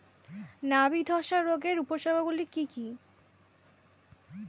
নাবি ধসা রোগের উপসর্গগুলি কি কি?